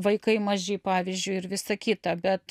vaikai maži pavyzdžiui ir visa kita bet